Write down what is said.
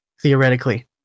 theoretically